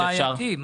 זה בעייתי.